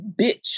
bitch